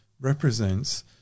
represents